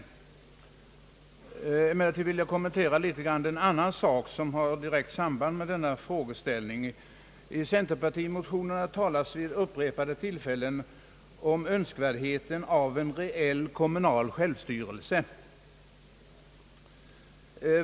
Jag vill emellertid också något kommentera en annan sak som har direkt samband med denna frågeställning. I centerpartimotionerna talas vid upprepade tillfällen om önskvärdheten av en reell kommunal självstyrelse.